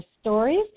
stories